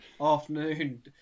afternoon